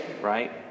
right